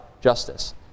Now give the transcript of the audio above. justice